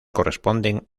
corresponden